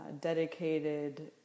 dedicated